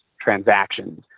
transactions